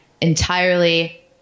entirely